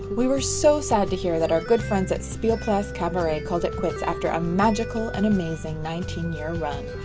we were so sad to hear that our good friends at spielpalast cabaret called it quits after a magical and amazing nineteen year run.